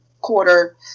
quarter